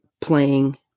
playing